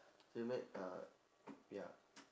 she make ah ya